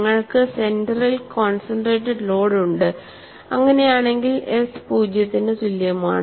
നിങ്ങൾക്ക് സെന്റെറിൽ concentrated load ഉണ്ട് അങ്ങനെയാണെങ്കിൽ S പൂജ്യത്തിന് തുല്യമാണ്